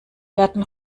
werden